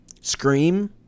Scream